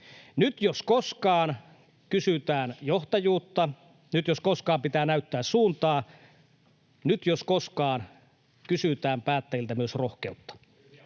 Nyt jos koskaan kysytään johtajuutta, nyt jos koskaan pitää näyttää suuntaa, nyt jos koskaan kysytään päättäjiltä myös rohkeutta.